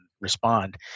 respond